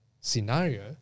scenario